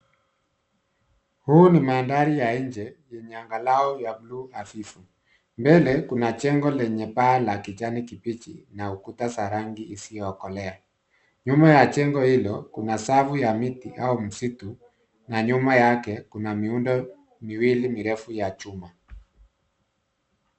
Huu ni mandhari ya nje yenye anga la buluu hafifu. Mbele kuna jengo lenye paa la kijani kibichi na ukuta za rangi Isiyokolea. Nyuma ya jengo hilo kuna safu ya miti au msitu na nyuma yake kuna miundo miwili mirefu ya chuma.